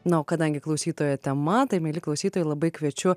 na o kadangi klausytojo tema tai mieli klausytojai labai kviečiu